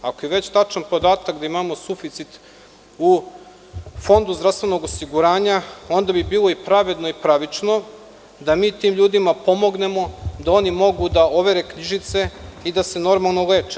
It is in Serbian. Ako je već tačan podatak da imamo suficit u Fondu zdravstvenog osiguranja, onda bi bilo pravedno i pravično da mi tim ljudima pomognemo da oni mogu da overe knjižice i da se normalno leče.